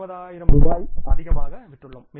20000 ரூபாய்க்கு அதிகமாக விற்றுள்ளோம்